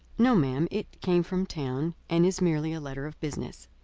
no, ma'am. it came from town, and is merely a letter of business.